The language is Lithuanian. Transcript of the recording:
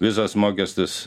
vizos mokestis